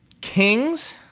Kings